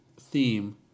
theme